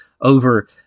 over